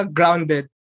grounded